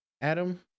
Adam